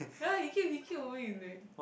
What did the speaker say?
ya he keep he keep moving his leg